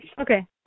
okay